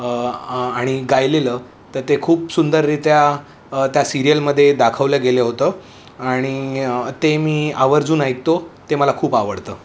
आणि आणि गायलेलं तर ते खूप सुंदरित्या त्या सिरियलमदे दाखवलं गेलं होतं आणि ते मी आवर्जून ऐकतो ते मला खूप आवडतं